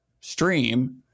stream